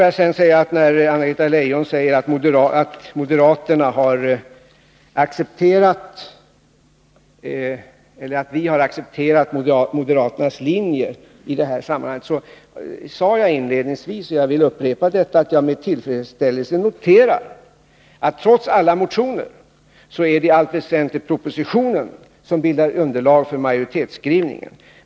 Anna-Greta Leijon säger att vi har accepterat moderaternas linje i detta sammanhang. Jag sade inledningsvis — och jag vill upprepa det — att jag med tillfredsställelse noterade att det trots alla motioner i allt väsentligt är propositionen som bildar underlag för majoritetsskrivningen.